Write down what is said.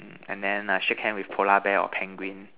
and then err shake hand with polar bear or penguin